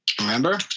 Remember